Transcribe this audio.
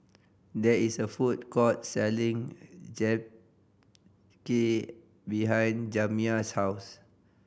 there is a food court selling Japchae behind Jamiya's house